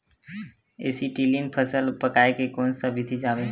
Acetylene फल पकाय के कोन सा विधि आवे?